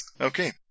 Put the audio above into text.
Okay